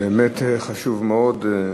באמת חשוב מאוד.